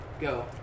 go